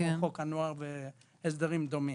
כמו חוק הנוער והסדרים דומים,